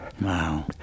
Wow